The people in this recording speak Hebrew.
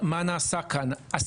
רבין.